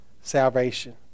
salvation